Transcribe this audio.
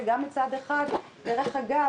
שדרך אגב,